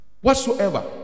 whatsoever